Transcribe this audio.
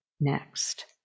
next